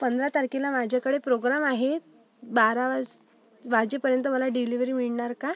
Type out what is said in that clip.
पंधरा तारखेला माझ्याकडे प्रोग्राम आहे बारा वाज वाजेपर्यंत मला डिलेवरी मिळणार का